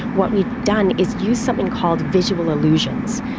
what we've done is use something called visual illusions.